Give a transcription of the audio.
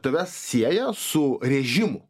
tave sieja su rėžimu